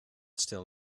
still